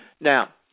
Now